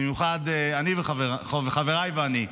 במיוחד חבריי ואני.